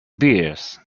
beers